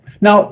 Now—